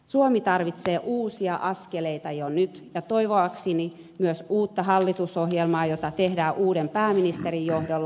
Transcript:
suomi tarvitsee uusia askeleita jo nyt ja toivoakseni myös uutta hallitusohjelmaa jota tehdään uuden pääministerin johdolla